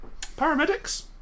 Paramedics